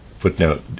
footnote